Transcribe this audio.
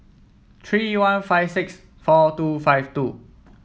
three one five six four two five two